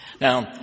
Now